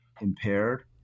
impaired